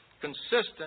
Consistent